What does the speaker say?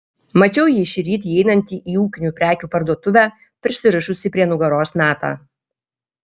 mačiau jį šįryt įeinantį į ūkinių prekių parduotuvę prisirišusį prie nugaros natą